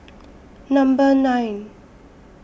Number nine